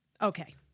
okay